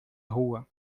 rua